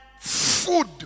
food